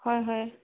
হয় হয়